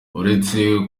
uretse